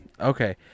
Okay